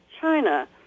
China